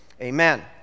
amen